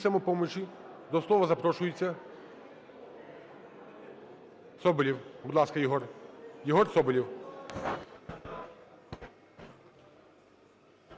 до слова запрошується Соболєв. Будь ласка, Єгор.